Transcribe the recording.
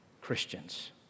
Christians